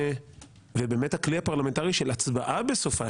הכלי הפרלמנטרי של הצבעה בסופה,